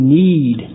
need